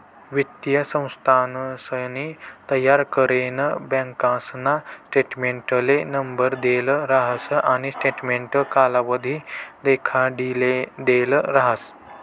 वित्तीय संस्थानसनी तयार करेल बँकासना स्टेटमेंटले नंबर देल राहस आणि स्टेटमेंट कालावधी देखाडिदेल राहस